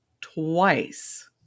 twice